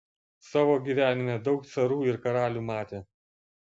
savo gyvenime daug carų ir karalių matė